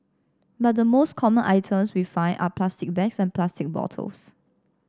but the most common items we find are plastic bags and plastic bottles